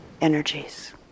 energies